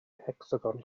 hecsagon